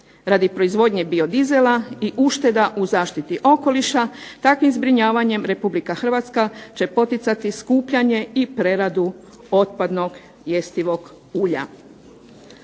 Radi proizvodnje biodizela i ušteda u zaštiti okoliša takvim zbrinjavanjem Republika Hrvatska će poticati skupljanje i preradu otpadnog jestivog ulja.